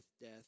death